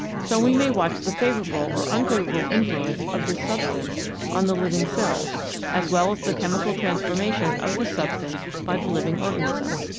so we may watch the favourable or unfavourable influence of this substance on the living cells as well as the chemical transformation of this substance by the living organism,